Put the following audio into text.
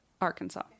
arkansas